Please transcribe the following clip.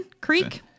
Creek